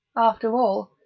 after all,